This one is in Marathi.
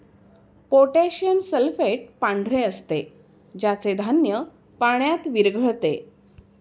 पोटॅशियम सल्फेट पांढरे असते ज्याचे धान्य पाण्यात विरघळते